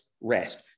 rest